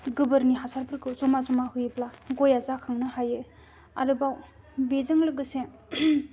गोबोरनि हासारफोरखौ जमा जमा होयोब्ला गया जाखांनो हायो आरोबाव बेजों लोगोसे